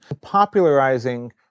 popularizing